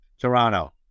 Toronto